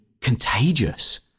contagious